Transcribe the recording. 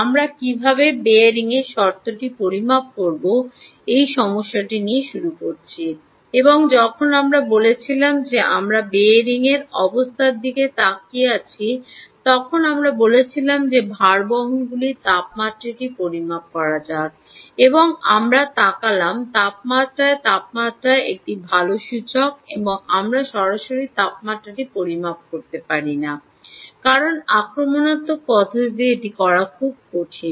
আমরা কীভাবে বেয়ারিংয়ের শর্তটি পরিমাপ করব এই সমস্যাটি নিয়ে শুরু করেছি এবং যখন আমরা বলেছিলাম যে আমরা বিয়ারিংয়ের অবস্থার দিকে তাকিয়ে আছি তখন আমরা বলেছিলাম যে ভারবহনগুলির তাপমাত্রাটি পরিমাপ করা যাক এবং আমরা তাকালাম তাপমাত্রায় তাপমাত্রা একটি ভাল সূচক এবং আমরা সরাসরি তাপমাত্রাটি পরিমাপ করতে পারি না কারণ আক্রমণাত্মক পদ্ধতিতে এটি করা খুব কঠিন